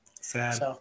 Sad